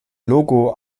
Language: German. logo